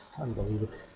unbelievable